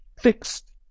fixed